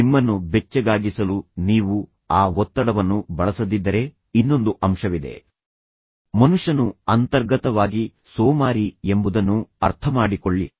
ನಿಮ್ಮನ್ನು ಬೆಚ್ಚಗಾಗಿಸಲು ನೀವು ಆ ಒತ್ತಡವನ್ನು ಬಳಸದಿದ್ದರೆ ಇನ್ನೊಂದು ಅಂಶವಿದೆ ಮನುಷ್ಯನು ಅಂತರ್ಗತವಾಗಿ ಸೋಮಾರಿ ಎಂಬುದನ್ನು ಅರ್ಥಮಾಡಿಕೊಳ್ಳಿ